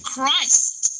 Christ